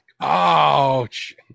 Ouch